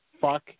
Fuck